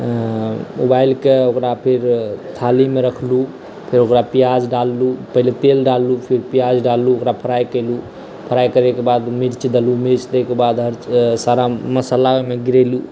ऊबालि कऽ ओकरा फेर थाली मे राखलहुॅं फेर ओकरा प्याज डाललहुॅं पहिले तेल डाललहुॅं फेर प्याज डाललहुॅं ओकरा फ्राइ केलहुॅं फ्राइ करय के बाद मीर्च देलहुॅं मीर्च देला के बाद सारा मशाला ओहिमे गिरेलहुॅं